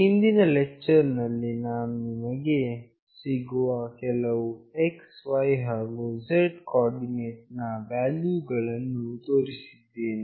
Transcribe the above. ಹಿಂದಿನ ಲೆಕ್ಚರ್ ನಲ್ಲಿ ನಾವು ನಿಮಗೆ ನಮಗೆ ಸಿಗುವ ಕೆಲವು xy ಹಾಗು z ಕೋಆರ್ಡಿನೇಟ್ ನ ವ್ಯಾಲ್ಯೂ ಗಳನ್ನು ತೋರಿಸಿದ್ದೇವೆ